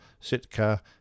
Sitka